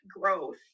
growth